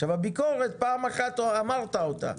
הביקורת, פעם אחת אמרת אותה,